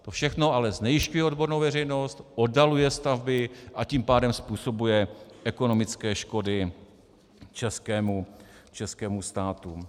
To všechno ale znejisťuje odbornou veřejnost, oddaluje stavby, a tím pádem způsobuje ekonomické škody českému státu.